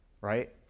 right